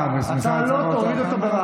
אתה לא תוריד אותו,